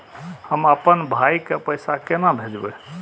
हम आपन भाई के पैसा केना भेजबे?